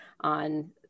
on